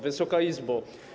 Wysoka Izbo!